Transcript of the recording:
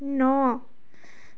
ন